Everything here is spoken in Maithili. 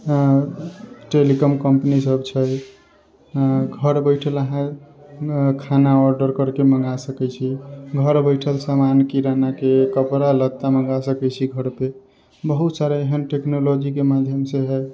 टेलिकॉम कम्पनी सब छै घर बैठल अहाँ खाना ऑर्डर करके मंगा सकै छी घर बैठल समान किराना के कपड़ा लत्ता मंगा सकै छी घर पे बहुत सारा एहेन टेक्नोलॉजी के माध्यम से हय